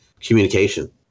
communication